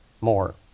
more